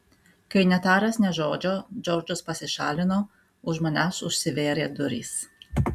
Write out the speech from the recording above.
kai netaręs nė žodžio džordžas pasišalino už manęs užsivėrė durys